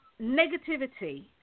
negativity